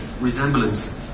resemblance